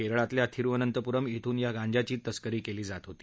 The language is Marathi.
केरळातल्या तिरुअनंतपूरम श्रिन या गांज्याची तस्करी केली जात होती